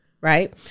right